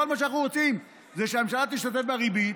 כל מה שאנחנו רוצים זה שהמדינה תשתתף בריבית,